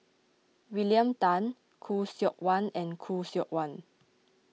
William Tan Khoo Seok Wan and Khoo Seok Wan